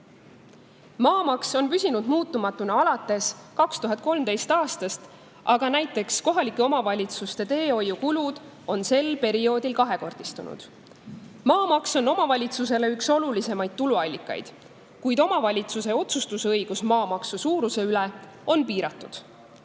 Maamaks on püsinud muutumatuna alates 2013. aastast, aga näiteks kohalike omavalitsuste teehoiukulud on sel perioodil kahekordistunud. Maamaks on omavalitsusele üks olulisimaid tuluallikaid, kuid omavalitsuse õigus otsustada maamaksu suuruse üle on piiratud.